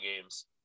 games